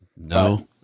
No